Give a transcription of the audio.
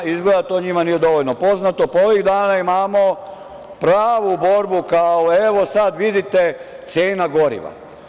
Izgleda da to njima nije dovoljno poznato pa ovih dana imamo pravu borbu kao – evo, sad vidite cena goriva.